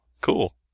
Cool